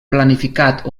planificat